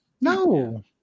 No